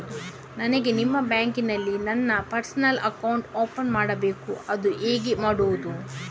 ನನಗೆ ನಿಮ್ಮ ಬ್ಯಾಂಕಿನಲ್ಲಿ ನನ್ನ ಪರ್ಸನಲ್ ಅಕೌಂಟ್ ಓಪನ್ ಮಾಡಬೇಕು ಅದು ಹೇಗೆ ಮಾಡುವುದು?